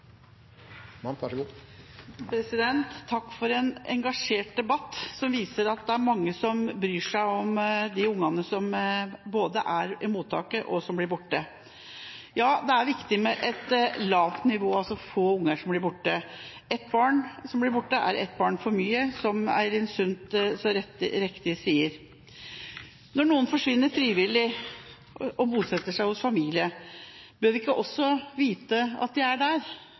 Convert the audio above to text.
bryr seg om både de barna som er i mottakene, og de som blir borte. Ja, det er viktig med et lavt nivå, altså at det er få barn som blir borte. Ett barn som blir borte, er ett barn for mye, som representanten Eirin Sund så riktig sa. Når noen forsvinner frivillig og bosetter seg hos familie, bør vi ikke også få vite at de er der,